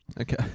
Okay